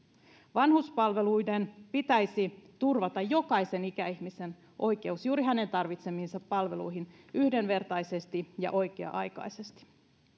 vanhuspalveluiden pitäisi turvata jokaisen ikäihmisen oikeus juuri hänen tarvitsemiinsa palveluihin yhdenvertaisesti ja oikea aikaisesti